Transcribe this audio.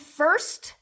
first